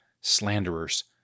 slanderers